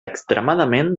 extremadament